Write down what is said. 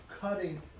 cutting